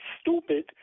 stupid